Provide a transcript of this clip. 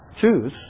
choose